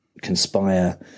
conspire